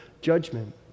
judgment